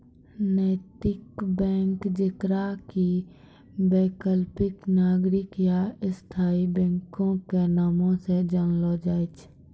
नैतिक बैंक जेकरा कि वैकल्पिक, नागरिक या स्थायी बैंको के नामो से जानलो जाय छै